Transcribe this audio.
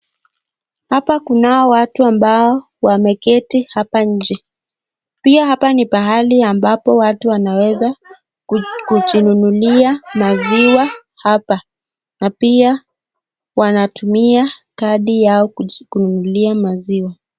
Hapa kunao watu ambao wameketi hapa nje. Pia hapa ni pahali ambapo watu wanaweza kujinunulia maziwa hapa na pia wanatumia kadi yao kununulia maziwa.